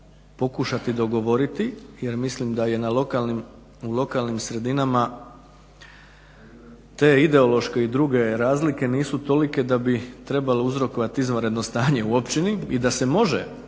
pokušati dogovoriti, jer mislim da je na lokalnim, u lokalnim sredinama te ideološke i druge razlike nisu tolike da bi trebale uzrokovati izvanredno stanje u općini i da se može, i